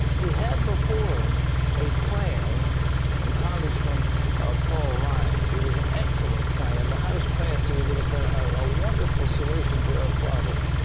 he had before him a plan from congressman paul ryan. it was an excellent plan. the house passed it. it would have been a wonderful solution to our problems.